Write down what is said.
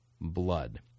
blood